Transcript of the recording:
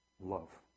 Love